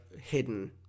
hidden